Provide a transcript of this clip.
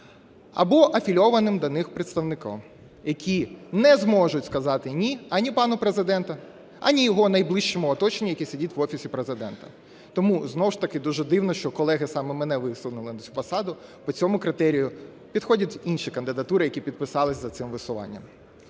або афілійованим до неї представникам, які не зможуть сказати "ні" ані пану Президенту, ані його найближчому оточенню, яке сидить в Офісі Президента. Тому знову ж таки дуже дивно, що колеги саме мене висунули на цю посаду. По цьому критерію підходять інші кандидатури, які підписались за цим висуванням.